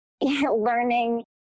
learning